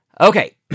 Okay